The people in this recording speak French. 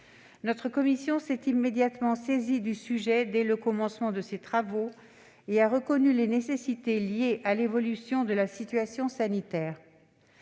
Notre commission s'est immédiatement saisie du sujet dès le commencement de ses travaux, et a reconnu les nécessités liées à l'évolution de la situation sanitaire.